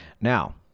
Now